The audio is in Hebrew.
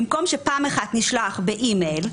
במקום שפעם אחת נשלח באימייל,